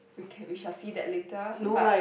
we ca~ we shall see that later but